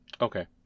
Okay